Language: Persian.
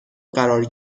قرار